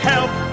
Help